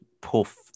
poof